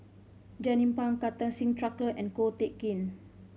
Jernnine Pang Kartar Singh Thakral and Ko Teck Kin